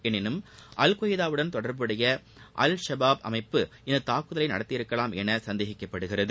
எனினும் அல்கொய்தாவுடன் தொடர்புடைய அல் சபாப் அமைப்பு இத்தாக்குதலை நடத்தியிருக்கலாம் என சந்தேகிக்கப்படுகிறது